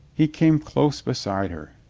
he came close beside her.